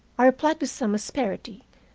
i replied, with some asperity,